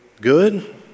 good